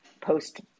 post